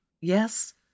yes